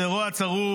זה רוע צרוף,